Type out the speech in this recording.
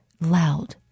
loud